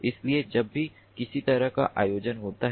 इसलिए जब भी किसी तरह का आयोजन होता है